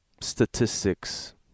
statistics